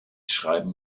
schreiben